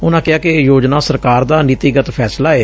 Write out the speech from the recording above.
ਉਨੂਾਂ ਕਿਹਾ ਕਿ ਇਹ ਯੋਜਨਾ ਸਰਕਾਰ ਦਾ ਨੀਤੀਗਤ ਫੈਸਲਾ ਏ